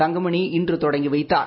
தங்கமணி இன்று தொடங்கி வைத்தார்